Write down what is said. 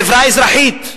חברה אזרחית,